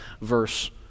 verse